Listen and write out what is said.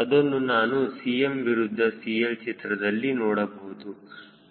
ಅದನ್ನು ನಾನು Cm ವಿರುದ್ಧ CL ಚಿತ್ರದಲ್ಲಿ ನೋಡಬಹುದು